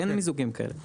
אין מיזוגים כאלה.